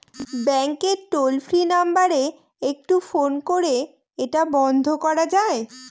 ব্যাংকের toll free number একটু phone করে এটা বন্ধ করা যায়?